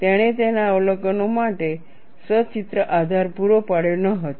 તેણે તેના અવલોકનો માટે સચિત્ર આધાર પૂરો પાડ્યો ન હતો